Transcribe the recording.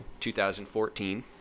2014